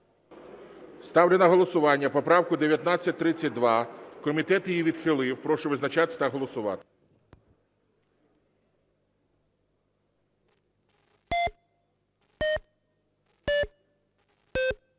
Ставлю на голосування поправку 1932. Комітет її відхилив. Прошу визначатись та голосувати.